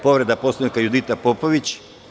Povreda Poslovnika, Judita Popović.